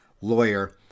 lawyer